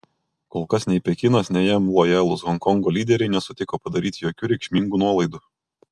kol kas nei pekinas nei jam lojalūs honkongo lyderiai nesutiko padaryti jokių reikšmingų nuolaidų